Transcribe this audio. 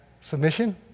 submission